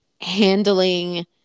handling